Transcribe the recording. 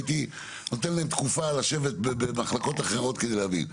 הייתי נותן להם תקופה לבת במחלקות אחרות כדי להבין.